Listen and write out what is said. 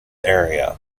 area